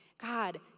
God